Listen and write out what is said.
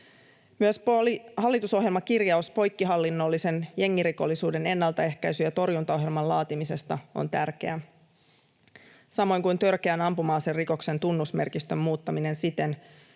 Myös hallitusohjelmakirjaus poikkihallinnollisen jengirikollisuuden ennaltaehkäisy- ja torjuntaohjelman laatimisesta on tärkeä, samoin kuin törkeän ampuma-aserikoksen tunnusmerkistön muuttaminen siten,